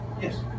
Yes